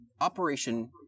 Operation